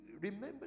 remember